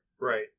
Right